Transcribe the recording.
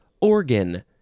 organ